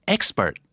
Expert